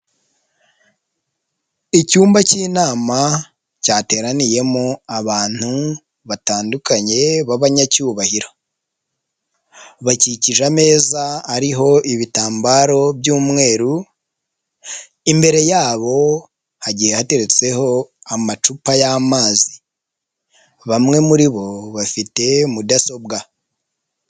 Icyumba cy'inama cyateraniyemo abantu batandukanye b'abanyacyubahiro, bakikije ameza ariho ibitambaro by'umweru, imbere yabo hagiye hateretseho amacupa y'amazi, bamwe muri bo bafite mudasobwa.